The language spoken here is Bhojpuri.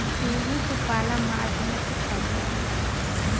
गेंहू के पाला मार देला त पइया हो जाला